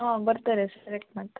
ಹ್ಞೂ ಬರ್ತಾರೆ ಸೆಲೆಕ್ಟ್ ಮಾಡ್ತಾರೆ